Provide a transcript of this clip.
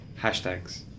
hashtags